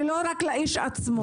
לא רק לאיש עצמו.